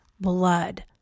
blood